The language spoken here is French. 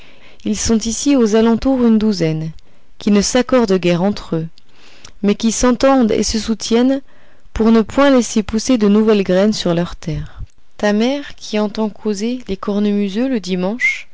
ils sont ici et aux alentours une douzaine qui ne s'accordent guère entre eux mais qui s'entendent et se soutiennent pour ne point laisser pousser de nouvelles graines sur leurs terres ta mère qui entend causer les cornemuseux le dimanche